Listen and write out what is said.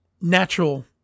natural